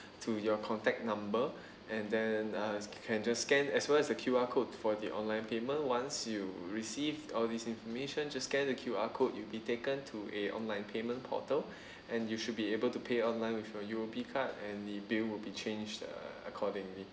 to your contact number and then uh can just scan as well as a Q_R code for the online payment once you receive all these information just scan the Q_R code you'll be taken to a online payment portal and you should be able to pay online with your U_O_B card and the bill will be changed uh accordingly